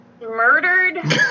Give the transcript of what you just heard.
murdered